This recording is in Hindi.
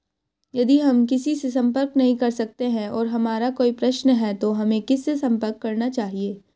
यदि हम किसी से संपर्क नहीं कर सकते हैं और हमारा कोई प्रश्न है तो हमें किससे संपर्क करना चाहिए?